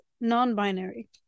non-binary